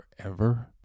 forever